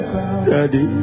Daddy